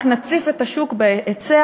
רק נציף את השוק בהיצע,